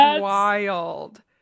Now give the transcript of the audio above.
wild